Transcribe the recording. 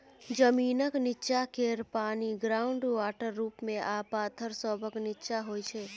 जमीनक नींच्चाँ केर पानि ग्राउंड वाटर रुप मे आ पाथर सभक नींच्चाँ होइ छै